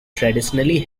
traditionally